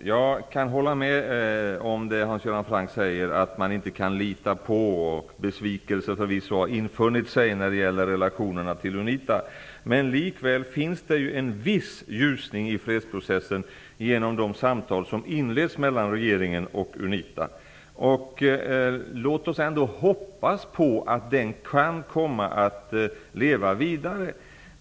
Jag kan hålla med om det Hans Göran Franck säger om att man inte kan lita på UNITA och den besvikelse som har infunnit sig i relationerna till UNITA. Likväl finns det viss ljusning i fredsprocessen genom de samtal som inleds mellan regeringen och UNITA. Låt oss ändå hoppas på att den kan komma att leva vidare.